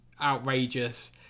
outrageous